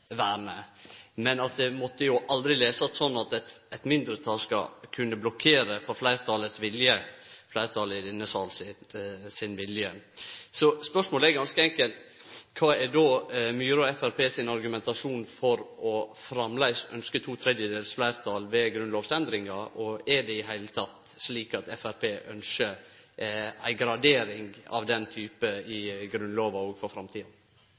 mindretalsvernet, men at det aldri måtte lesast sånn at eit mindretal skal kunne blokkere for fleirtalet i denne salen sin vilje. Spørsmåla er ganske enkle: Kva er Myhre og Framstegspartiet sin argumentasjon for å framleis ynskje to tredjedels fleirtal ved grunnlovsendringa? Er det i det heile slik at Framstegspartiet ynskjer ei gradering av den typen i Grunnlova òg for framtida?